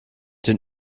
den